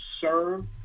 serve